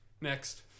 Next